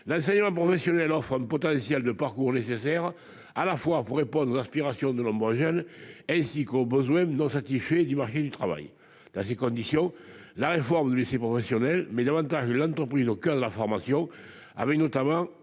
L'enseignement professionnel offre un potentiel de parcours nécessaires pour répondre à la fois aux aspirations de nombreux jeunes et aux besoins non satisfaits du marché du travail. Dans ces conditions, la réforme du lycée professionnel met davantage l'entreprise au coeur de la formation, notamment